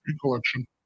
collection